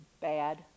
bad